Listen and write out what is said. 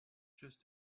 just